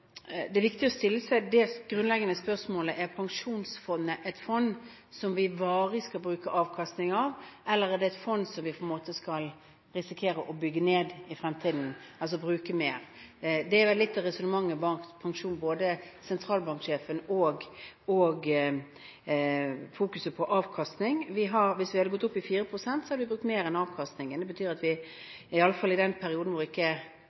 pensjonsfondet et fond som vi varig skal bruke avkastningen av, eller er det et fond som vi på en måte skal risikere å bygge ned i fremtiden – altså bruke mer penger? Det er litt av resonnementet fra sentralbanksjefen om fokuseringen på avkastningen. Hvis vi hadde gått opp til 4 pst., hadde vi brukt mer enn avkastningen. Det betyr at vi i alle fall i den perioden hvor vi ikke